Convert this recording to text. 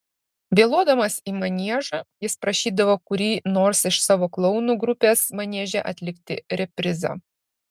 vėluodamas į maniežą jis prašydavo kurį nors iš savo klounų grupės manieže atlikti reprizą